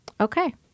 Okay